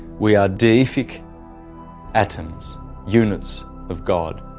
we are deific atoms units of god.